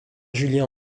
julien